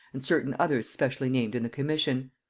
and certain others specially named in the commission.